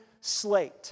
slate